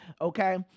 okay